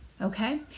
okay